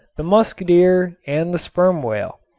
the musk deer and the sperm whale.